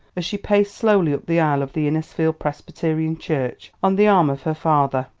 as she paced slowly up the aisle of the innisfield presbyterian church on the arm of her father,